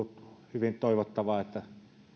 hyvin toivottavaa että